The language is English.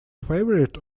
favorite